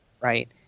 right